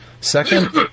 Second